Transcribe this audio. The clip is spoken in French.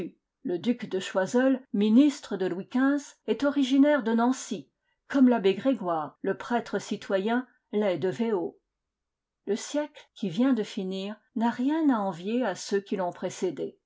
le duc de choiseul ministre de louis xv est originaire de nancy comme l'abbé grégoire le prêtre citoyen l'est de vého le siècle qui vient de finir n'a rien à envier à ceux qui l'ont précédé